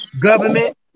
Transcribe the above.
government